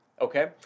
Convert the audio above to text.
okay